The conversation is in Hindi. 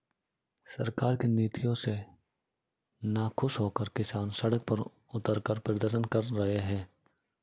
सरकार की नीतियों से नाखुश होकर किसान सड़क पर उतरकर प्रदर्शन कर रहे हैं